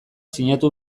sinatu